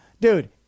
Dude